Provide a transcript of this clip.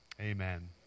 amen